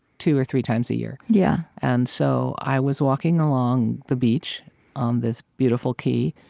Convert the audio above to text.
two or three times a year. yeah and so i was walking along the beach on this beautiful key,